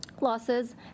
losses